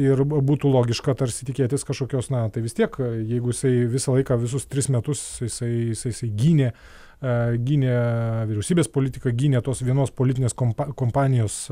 ir b būtų logiška tarsi tikėtis kažkokios na tai vis tiek jeigu jisai visą laiką visus tris metus jisai jisai jisai gynė a gynė vyriausybės politiką gynė tos vienos politinės kompa kompanijos